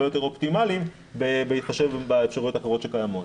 יותר אופטימליים בהתחשב באפשרויות האחרות שקיימות.